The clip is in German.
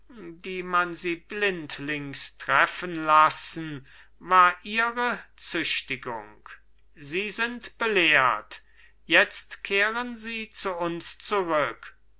die man sie blindlings treffen lassen war ihre züchtigung sie sind belehrt jetzt kehren sie zu uns zurück